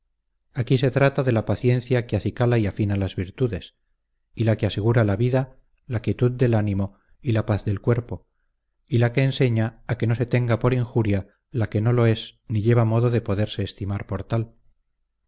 aquí se trata de la paciencia que acicala y afina las virtudes y la que asegura la vida la quietud del ánimo y la paz del cuerpo y la que enseña a que no se tenga por injuria la que no lo es ni lleva modo de poderse estimar por tal